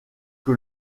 que